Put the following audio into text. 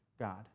God